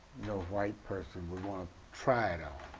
no white person would want to try it on.